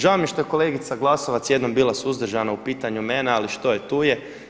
Žao mi je što je kolegica Glasovac jednom bila suzdržana u pitanju mene, ali što je tu je.